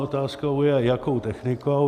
Otázkou je, jakou technikou.